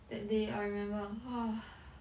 that day I remember !whoa!